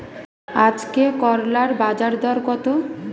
আজকে করলার বাজারদর কত?